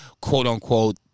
quote-unquote